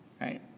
right